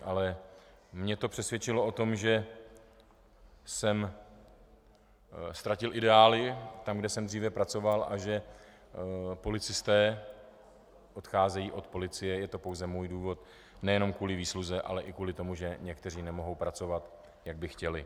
Ale mě to přesvědčilo o tom, že jsem ztratil ideály tam, kde jsem dříve pracoval, a že policisté odcházejí od policie, je to pouze můj důvod, ne jenom kvůli výsluze, ale i kvůli tomu, že někteří nemohou pracovat, jak by chtěli.